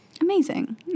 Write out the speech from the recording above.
Amazing